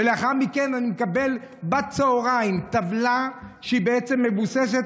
ולאחר מכן אני מקבל בצוהריים טבלה שבעצם מבוססת